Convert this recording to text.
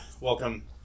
welcome